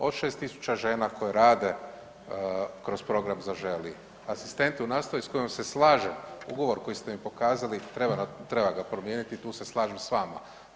Od 6000 žena koje rade kroz program „Zaželi“, asistenti u nastavi sa kojim se slažem, ugovor koji ste mi pokazali treba ga promijeniti, tu se slažem sa vama.